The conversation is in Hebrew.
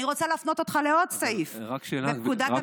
רק שאלה, גברתי.